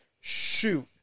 shoot